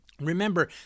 remember